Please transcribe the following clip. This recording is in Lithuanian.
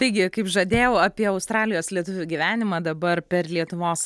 taigi kaip žadėjau apie australijos lietuvių gyvenimą dabar per lietuvos